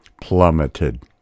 plummeted